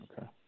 Okay